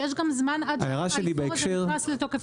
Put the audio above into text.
ויש גם זמן עד שנוכל לפעול ושנכנס לתוקף,